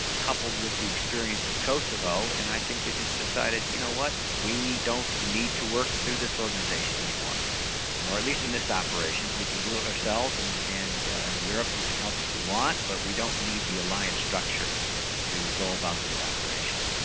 coupled with the experience of kosovo, and i think they just decided you know what? we don't need to work through this organisation any more, or at least in this operation we can do it ourselves and and europe, you can help if you want, but we don't need the alliance structure to go about this operation.